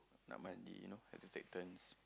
nak mandi you know have to take turns